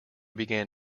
began